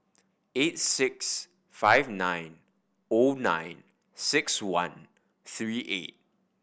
eight six five nine O nine six one three eight